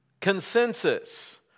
consensus